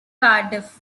cardiff